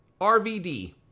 RVD